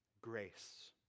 grace